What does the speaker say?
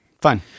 Fine